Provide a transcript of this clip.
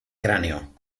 cráneo